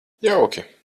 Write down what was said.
jauki